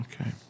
Okay